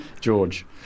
George